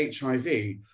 hiv